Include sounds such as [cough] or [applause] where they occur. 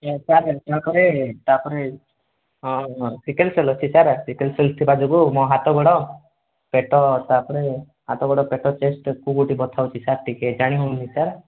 ଏ sir ତା'ପରେ ତା'ପରେ ହଁ ହଁ [unintelligible] ଅଛି ସାର୍ [unintelligible] ଥିବା ଯୋଗୁଁ ମୋ ହାତ ଗୋଡ଼ ପେଟ ତା'ପରେ ହାତ ଗୋଡ଼ ପେଟ ଚେଷ୍ଟ ସବୁଠି ବଥା ହେଉଛି ସାର୍ ଟିକେ ଜାଣି ହେଉନି ସାର୍